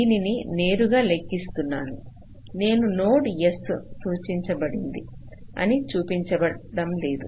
దీనిని నేరుగా లెక్కిస్తున్నాను నేను నోడ్ S సూచించబడింది అని చూపించడం లేదు